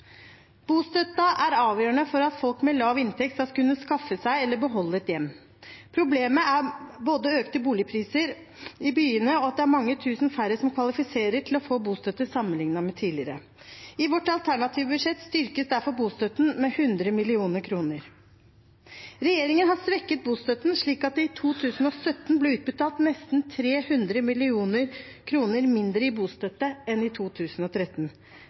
er avgjørende for at folk med lav inntekt skal kunne skaffe seg eller beholde et hjem. Problemet er både økte boligpriser i byene og at det er mange tusen færre som kvalifiserer til å få bostøtte, sammenlignet med tidligere. I vårt alternative budsjett styrkes derfor bostøtten med 100 mill. kr. Regjeringen har svekket bostøtten, slik at det i 2017 ble utbetalt nesten 300 mill. kr mindre i bostøtte enn i 2013.